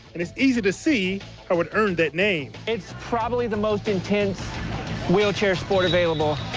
and it's easy to see how it earned that name. it's probably the most intense wheelchair sport available.